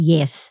Yes